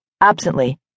absently